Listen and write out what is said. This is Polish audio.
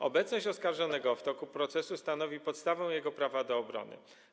Obecność oskarżonego w toku procesu stanowi podstawę jego prawa do obrony.